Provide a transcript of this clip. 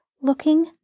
looking